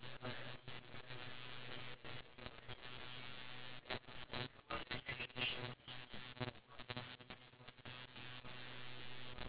nowadays in singapore you know singapore is a um ageing population right majority of the population is um above the age of fifty